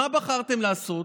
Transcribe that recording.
מה בחרתם לעשות?